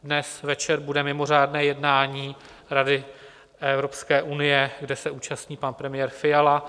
Dnes večer bude mimořádné jednání Rady Evropské unie, kde se účastní pan premiér Fiala.